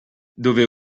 dove